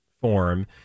form